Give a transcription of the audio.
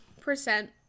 percent